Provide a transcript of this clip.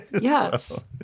yes